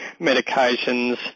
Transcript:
medications